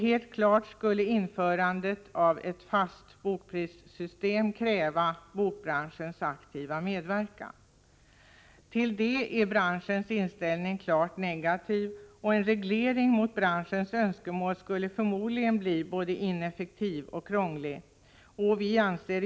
Helt klart är att införandet av ett system med fasta bokpriser skulle kräva bokbranschens aktiva medverkan. Branschens inställning är klart negativ till detta. En reglering mot branschens önskemål skulle förmodligen bli både ineffektiv och krånglig.